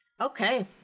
Okay